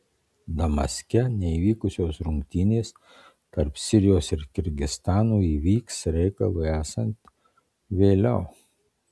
damaske neįvykusios rungtynės tarp sirijos ir kirgizstano įvyks reikalui esant vėliau